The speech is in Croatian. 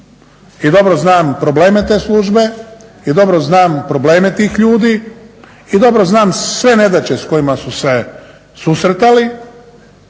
i dobro znam probleme te službe i dobro znam probleme tih ljudi i dobro znam sve nedaće s kojima su se susretali